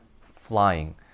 Flying